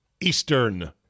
Eastern